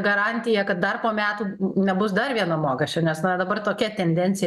garantija kad dar po metų nebus dar vieno mokesčio nes na dabar tokia tendencija